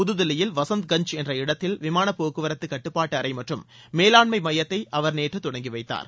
புதுதில்லியில் வசந்த் கன்ச் என்ற இடத்தில் விமானப் போக்குவரத்து கட்டுப்பாட்டு அறை மற்றும் மேலாண்மை மையத்தை அவர் நேற்று தொடங்கி வைத்தார்